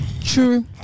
True